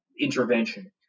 intervention